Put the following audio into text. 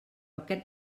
aquest